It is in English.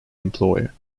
employer